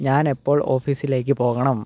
ഞാന് എപ്പോള് ഓഫീസിലേക്ക് പോകണം